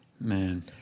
Man